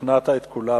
שכנעת את כולם.